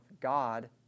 God